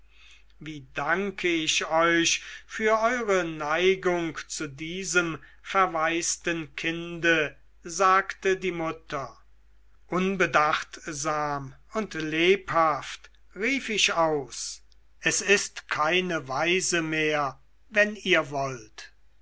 wie danke ich euch für eure neigung zu diesem verwaisten kinde sagte die mutter unbedachtsam und lebhaft rief ich aus es ist keine waise mehr wenn ihr wollt